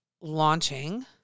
launching